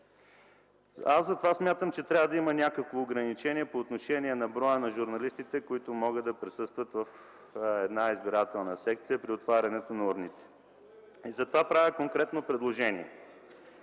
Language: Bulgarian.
Аз затова смятам, че трябва да има някакво ограничение по отношение броя на журналистите, които могат да присъстват в една избирателна секция при отварянето на урните. Затова правя конкретно предложение: